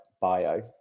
bio